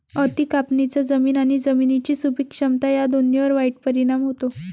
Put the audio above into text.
अति कापणीचा जमीन आणि जमिनीची सुपीक क्षमता या दोन्हींवर वाईट परिणाम होतो